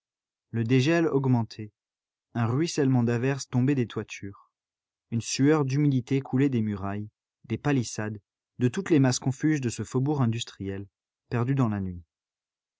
le dégel augmentait un ruissellement d'averse tombait des toitures une sueur d'humidité coulait des murailles des palissades de toutes les masses confuses de ce faubourg industriel perdues dans la nuit